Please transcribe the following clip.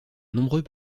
nombreux